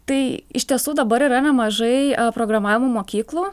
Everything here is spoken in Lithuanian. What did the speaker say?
tai iš tiesų dabar yra nemažai programavimo mokyklų